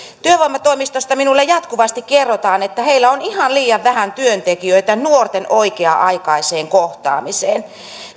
työvoimatoimistosta minulle jatkuvasti kerrotaan että heillä on ihan liian vähän työntekijöitä nuorten oikea aikaiseen kohtaamiseen